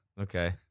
Okay